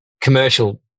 commercial